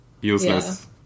useless